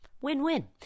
Win-win